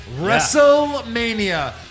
wrestlemania